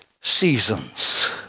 seasons